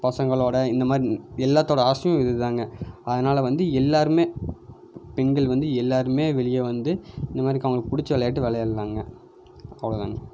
பசங்களோடய இந்த மாதிரி எல்லாத்தோடய ஆசையும் இது தாங்க அதனால வந்து எல்லாரும் பெண்கள் வந்து எல்லாரும் வெளியே வந்து இந்த மாதிரிக்கு அவங்களுக்கு பிடிச்சி விளையாட்டு அவங்க விளையாட்லாங்க அவ்வளோ தாங்க